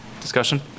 discussion